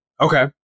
Okay